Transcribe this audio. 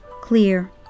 Clear